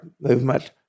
movement